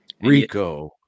Rico